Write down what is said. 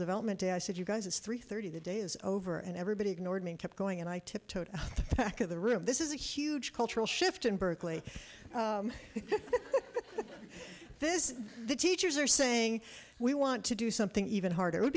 development i said you guys it's three thirty the day is over and everybody ignored me and kept going and i tiptoed back of the room this is a huge cultural shift in berkeley this is the teachers are saying we want to do something even harder would